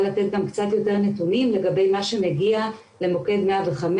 לתת גם קצת יותר נתונים לגבי מה שמגיע למוקד 105,